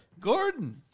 Gordon